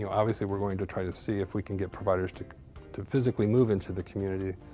you know obviously, we're going to try to see if we can get providers to to physically move into the community.